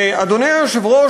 אדוני היושב-ראש,